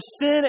sin